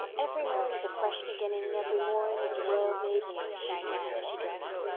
every morn is a fresh beginning, every morn is the world made new, sang anne, as she dressed.